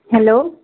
hello